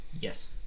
Yes